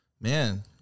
man